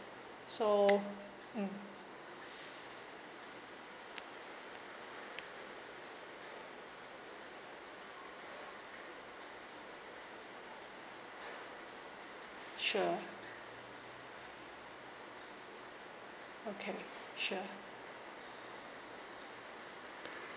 so mm sure okay sure